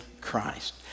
Christ